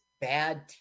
bad